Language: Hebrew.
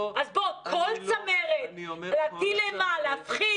אז בוא, כל צמרת להטיל אימה, להפחיד.